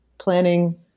planning